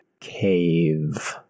cave